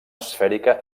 esfèrica